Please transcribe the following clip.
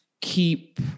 keep